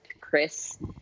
Chris